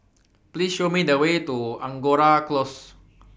Please Show Me The Way to Angora Close